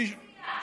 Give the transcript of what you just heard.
מה אתה מציע?